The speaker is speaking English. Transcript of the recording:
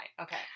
Okay